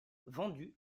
vendue